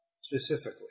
specifically